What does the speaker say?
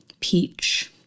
Peach